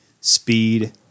Speed